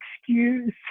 excuse